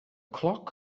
clock